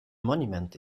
monument